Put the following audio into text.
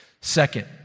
Second